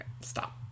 stop